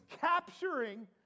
capturing